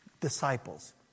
disciples